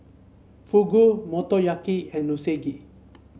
Fugu Motoyaki and Unagi